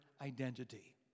identity